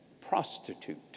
prostitute